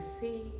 see